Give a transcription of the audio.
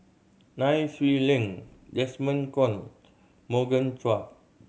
Nai Swee Leng Desmond Kon Morgan Chua